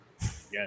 Yes